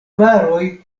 paroj